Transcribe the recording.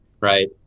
right